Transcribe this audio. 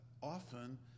often